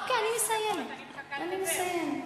לא משנה, 18 דקות דיברת, אני מחכה לדבר.